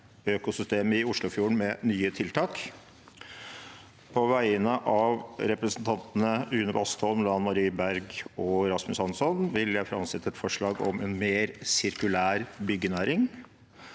økosystemet i Oslofjorden med nye tiltak. På vegne av representantene Une Bastholm, Lan Marie Nguyen Berg og meg selv vil jeg framsette et forslag om en mer sirkulær byggenæring.